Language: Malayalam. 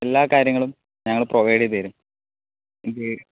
എല്ലാ കാര്യങ്ങളും ഞങ്ങൾ പ്രോവൈഡ് ചെയ്തു തരും